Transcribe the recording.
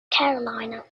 carolina